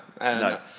No